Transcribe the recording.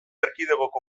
erkidegoko